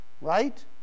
right